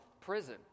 prison